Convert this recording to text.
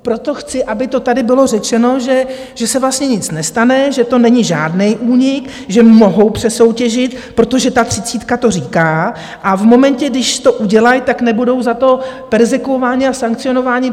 Proto chci, aby to tady bylo řečeno, že se vlastně nic nestane, že to není žádný únik, že mohou přesoutěžit, protože ta třicítka to říká, a v momentě, kdy to udělají, nebudou za to perzekvováni a sankcionováni.